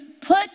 put